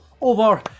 over